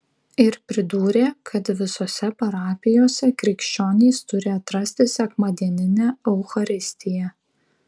ir pridūrė kad visose parapijose krikščionys turi atrasti sekmadieninę eucharistiją